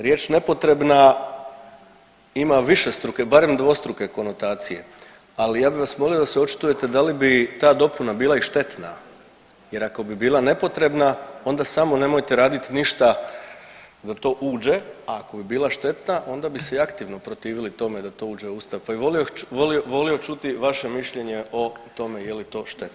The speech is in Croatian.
Riječ nepotrebna ima višestruke, barem dvostruke konotacije, ali ja bih vas molio da se očitujete da li bi ta dopuna bila i štetna jer ako bi bila nepotrebna onda samo nemojte raditi ništa da to uđe, a ako bi bila štetna onda bi se i aktivno protivili tome da to uđe u Ustav, pa bi volio čuti vaše mišljenje o tome je li to štetno.